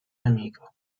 nemico